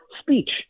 speech